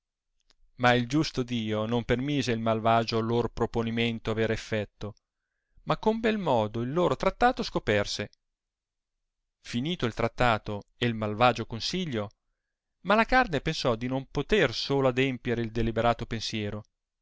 ma il giusto dio non permise il malvagio lor proponimento aver effetto ma con bel modo il loro trattato scoperse finito il trattato e il malvagio consiglio malacarne pensò di non poter solo adempire il deliberato pensiero